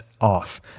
off